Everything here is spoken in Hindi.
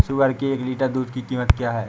सुअर के एक लीटर दूध की कीमत क्या है?